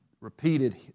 repeated